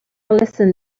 listen